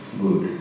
good